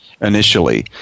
initially